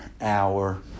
hour